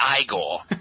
Igor